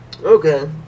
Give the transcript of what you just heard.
Okay